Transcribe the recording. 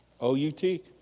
O-U-T